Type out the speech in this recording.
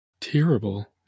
Terrible